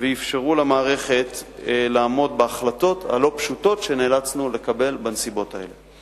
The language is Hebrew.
ואפשרו למערכת לעמוד בהחלטות הלא-פשוטות שנאלצנו לקבל בנסיבות האלה.